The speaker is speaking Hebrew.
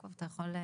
אוקיי,